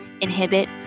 inhibit